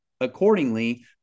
accordingly